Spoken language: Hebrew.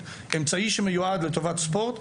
עוד פעם.